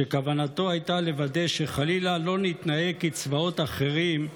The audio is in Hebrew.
וכוונתו הייתה שחלילה לא נתנהג כצבאות אחרים,